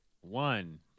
One